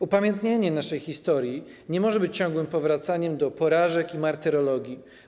Upamiętnianie naszej historii nie może być ciągłym powracaniem do porażek i martyrologii.